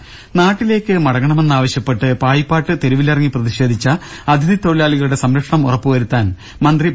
രുക നാട്ടിലേക്ക് മടങ്ങണമെന്നാവശ്യപ്പെട്ട് പായിപ്പാട്ട് തെരുവിലിറങ്ങി പ്രതിഷേധിച്ച അതിഥി തൊഴിലാളികളുടെ സംരക്ഷണം ഉറപ്പു വരുത്താൻ മന്ത്രി പി